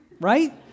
right